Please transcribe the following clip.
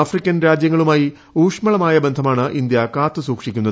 African രാജ്യങ്ങളുമായി ഊഷ്മളമായ ബന്ധമാണ് ഇന്ത്യ കാത്തു സൂക്ഷിക്കുന്നത്